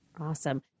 Awesome